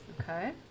Okay